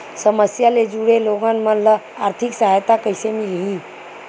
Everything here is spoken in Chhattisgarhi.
समस्या ले जुड़े लोगन मन ल आर्थिक सहायता कइसे मिलही?